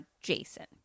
Jason